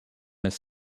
his